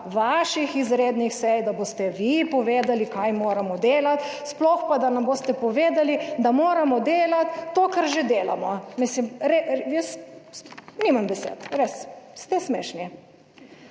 vaših izrednih sej, da boste vi povedali, kaj moramo delati, sploh pa, da nam boste povedali, da moramo delati to kar že delamo. Mislim, jaz nimam besed, res, ste smešni.